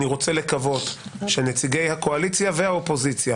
אני רוצה לקוות שנציגי הקואליציה והאופוזיציה